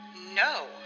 No